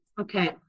Okay